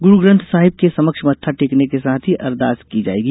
गुरुग्रथ साहिब के समक्ष मत्था टेकने के साथ ही अरदास की जाएगी